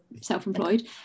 self-employed